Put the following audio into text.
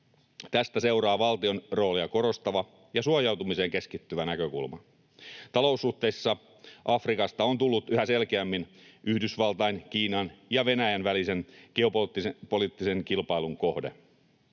Tästä seuraa valtion roolia korostava ja suojautumiseen keskittyvä näkökulma. Taloussuhteissa Afrikasta on tullut yhä selkeämmin Yhdysvaltain, Kiinan ja Venäjän välisen geopoliittisen kilpailun kohde.